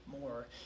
more